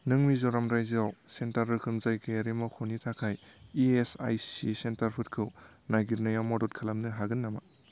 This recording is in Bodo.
नों मिज'राम रायजोआव सेन्टार रोखोम जायगायारि मावख'नि थाखाय इएसआइसि सेन्टारफोरखौ नागिरनायाव मदद खालामनो हागोन नामा